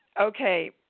Okay